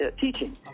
teaching